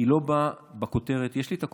היא לא באה בכותרת, יש לי את הכותרות.